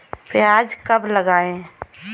प्याज कब लगाएँ?